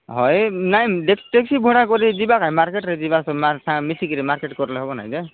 ହଇ ନାହିଁ ନାହିଁ ଦେଖ ଦେଖି ଭଡ଼ା କରି ଯିବା କାହିଁ ମାର୍କେଟରେ ଯିବା ମିଶି କରି ମାର୍କେଟ କଲେ ହବ ନାହିଁ କି